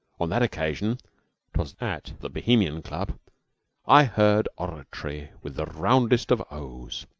on that occasion twas at the bohemian club i heard oratory with the roundest of o's,